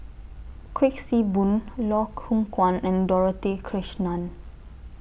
Kuik Swee Boon Loh Hoong Kwan and Dorothy Krishnan